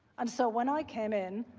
um so when i came in,